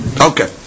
Okay